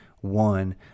one